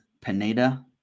Pineda